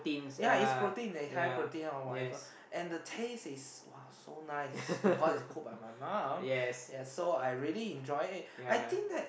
ya is protein they high protein or whatever and the taste is !wah! so nice because is cook by my mum ya so I really enjoy it I think like